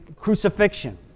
crucifixion